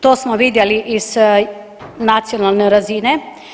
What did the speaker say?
To smo vidjeli i s nacionalne razine.